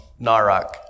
narak